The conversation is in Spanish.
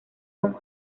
son